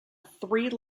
three